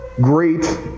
great